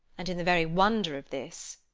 and in the very wonder of this,